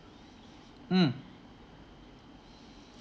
mm